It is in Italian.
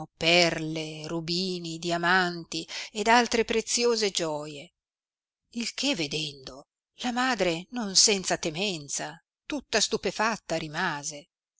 perle rubini diamanti ed altre preziose gioie il che vedendo la madre non senza temenza tutta stupefatta rimase